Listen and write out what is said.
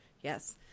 Yes